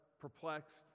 perplexed